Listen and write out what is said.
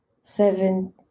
seven